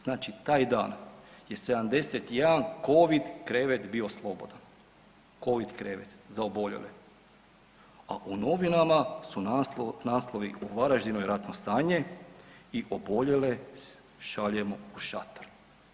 Znači taj dan je 71 Covid krevet bio slobodan, Covid krevet za oboljele, a u novinama su naslovi u Varaždinu je ratno stanje i oboljele šaljemo u šator.